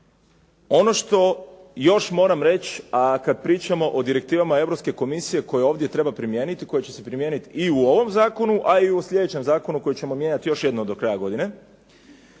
Ono što još moram reći a kad pričamo o direktivama Europske komisije koje ovdje treba primijetiti i koje će se primijeniti i u ovom zakonu a i u slijedećem zakonu koji ćemo mijenjati još jednom do kraja godine,